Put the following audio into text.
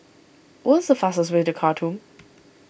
what is the fastest way to Khartoum